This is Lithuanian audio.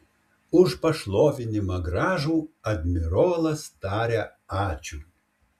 už pašlovinimą gražų admirolas taria ačiū